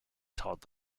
todd